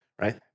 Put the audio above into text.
right